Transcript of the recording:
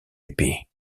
épais